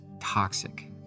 toxic